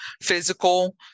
physical